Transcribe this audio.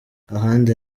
ahandi